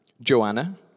Joanna